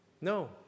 No